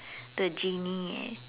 the genie